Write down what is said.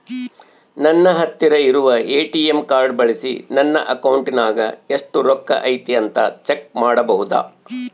ನನ್ನ ಹತ್ತಿರ ಇರುವ ಎ.ಟಿ.ಎಂ ಕಾರ್ಡ್ ಬಳಿಸಿ ನನ್ನ ಅಕೌಂಟಿನಾಗ ಎಷ್ಟು ರೊಕ್ಕ ಐತಿ ಅಂತಾ ಚೆಕ್ ಮಾಡಬಹುದಾ?